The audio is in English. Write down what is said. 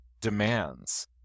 demands